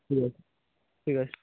ঠিক আছে ঠিক আছে